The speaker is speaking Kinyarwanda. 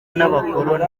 n’abakoloni